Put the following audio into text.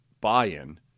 buy-in